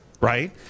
right